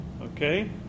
Okay